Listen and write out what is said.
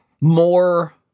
more